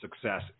success